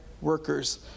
workers